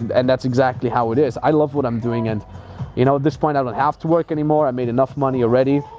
and that's exactly how it is. i love what i'm doing, and you know, at this point, i don't have to work anymore, i made enough money already.